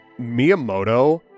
Miyamoto